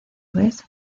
vez